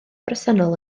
bresennol